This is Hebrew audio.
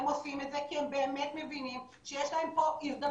הם עושים את זה כי הם באמת מבינים שיש להם פה הזדמנות.